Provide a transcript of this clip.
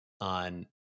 on